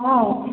ହଁ